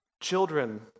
children